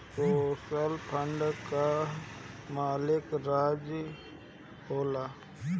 social fund कअ मालिक राज्य होला